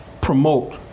promote